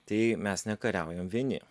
tai mes nekariaujam vieni